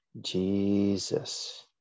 Jesus